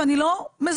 ואני לא מזלזלת,